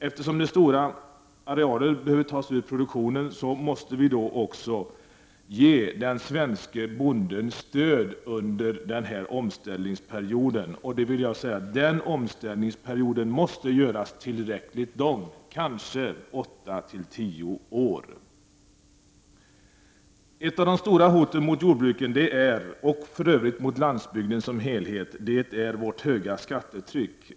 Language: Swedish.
Eftersom stora arealer behöver tas ur produktion, måste vi ge den svenske bonden stöd under omställningsperioden. Den måste bli tillräckligt lång, kanske 8—10 år. Ett av de stora hoten mot våra jordbruk, och mot den svenska landsbygden, utgör vårt höga skattetryck.